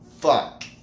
fuck